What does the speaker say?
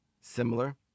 similar